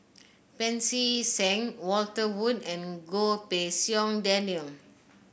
Pancy Seng Walter Woon and Goh Pei Siong Daniel